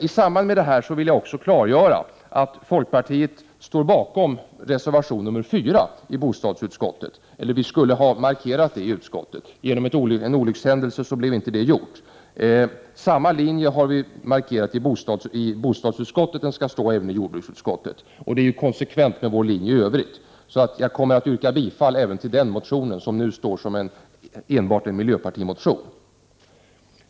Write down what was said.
I samband med detta vill jag också klargöra att folkpartiet står bakom reservation nr 4. Vi skulle ha markerat det i utskottet. Genom en olyckshändelse blev inte det gjort. Samma linje har vi markerat i bostadsutskottet. Den skall gälla även i jordbruksutskottet. Det är konsekvent med vår linje i övrigt. Jag kommer att yrka bifall även till den reservationen, som nu står som enbart en miljöpartireservation.